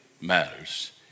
matters